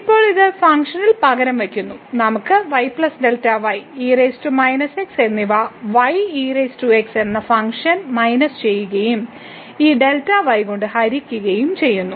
ഇപ്പോൾ ഇത് ഫംഗ്ഷനിൽ പകരം വയ്ക്കുന്നു നമുക്ക് എന്നിവ yex എന്ന ഫംഗ്ഷന് മൈനസ് ചെയ്യുകയും ഈ കൊണ്ട് ഹരിക്കുകയും ചെയ്യുന്നു